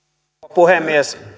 puhemies